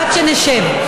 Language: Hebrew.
עד שנשב,